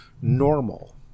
normal